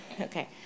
Okay